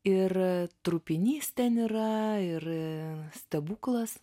ir trupinys ten yra ir stebuklas